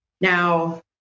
Now